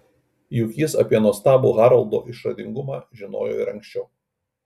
juk jis apie nuostabų haroldo išradingumą žinojo ir anksčiau